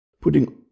putting